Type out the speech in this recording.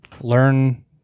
learn